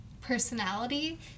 personality